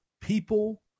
people